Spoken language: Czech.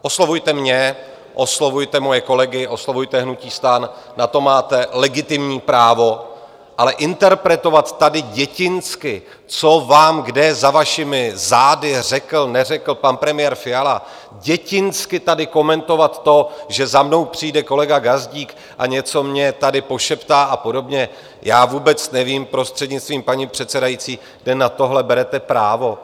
Oslovujte mě, oslovujte moje kolegy, oslovujte hnutí STAN, na to máte legitimní právo, ale interpretovat tady dětinsky, co vám kde za vašimi zády řekl, neřekl pan premiér Fiala, dětinsky tady komentovat to, že za mnou přijde kolega Gazdík a něco mně tady pošeptá a podobně já vůbec nevím, prostřednictvím paní předsedající, kde na tohle berete právo.